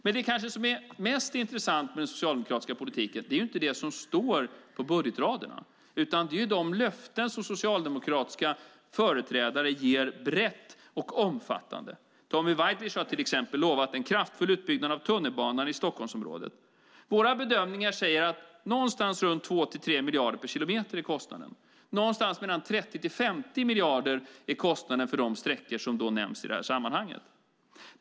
Men det som kanske är mest intressant med den socialdemokratiska politiken är inte det som står på budgetraderna. Det är i stället de löften som socialdemokratiska företrädare ger brett och omfattande. Tommy Waidelich har till exempel lovat en kraftfull utbyggnad av tunnelbanan i Stockholmsområdet. Våra bedömningar säger att kostnaden är någonstans runt 2-3 miljarder per kilometer. Någonstans mellan 30-50 miljarder är då kostnaden för de sträckor som nämns i sammanhanget.